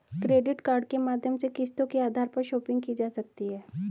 credit card के माध्यम से किस्तों के आधार पर शापिंग की जा सकती है